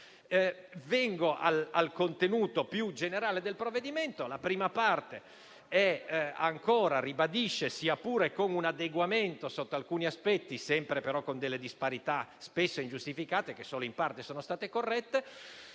Vengo al contenuto più generale del provvedimento. La prima parte, sia pure con un adeguamento sotto alcuni aspetti - permangono, tuttavia, disparità spesso ingiustificate, che solo in parte sono state corrette